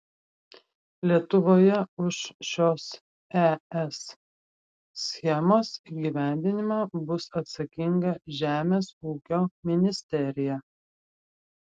lietuvoje už šios es schemos įgyvendinimą bus atsakinga žemės ūkio ministerija